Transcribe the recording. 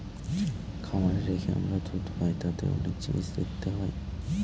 খামারে রেখে আমরা দুধ পাই তাতে অনেক জিনিস দেখতে হয়